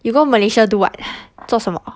you go malaysia do what 做什么